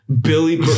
Billy